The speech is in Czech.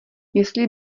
jestli